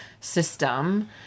system